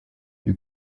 you